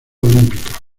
olímpica